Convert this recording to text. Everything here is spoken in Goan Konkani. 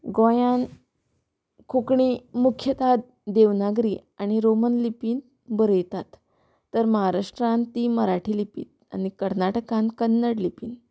गोंयान कोंकणी मुख्यतः देवनागरी आनी रोमन लिपीन बरयतात तर महाराष्ट्रान ती मराठी लिपींत आनी कर्नाटकान कन्नड लिपीन